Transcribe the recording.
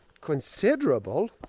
considerable